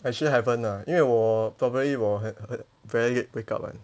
actually haven't ah 因为我 probably 我 very late wake up [one]